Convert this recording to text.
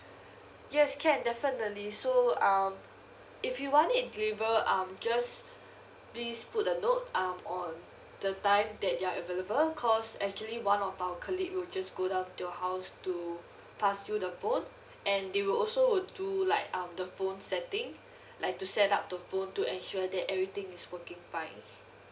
yes can definitely so um if you want it deliver um just please put a note um on the time that you're available cause actually one of our colleague will just go down to your house to pass you the phone and they will also will do like um the phone setting like to set up the phone to ensure that everything is working fine